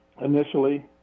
initially